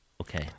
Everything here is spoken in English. okay